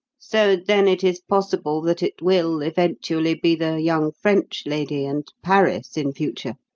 so then it is possible that it will, eventually, be the young french lady and paris, in future.